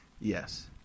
Yes